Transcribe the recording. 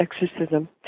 exorcism